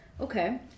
Okay